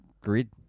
grid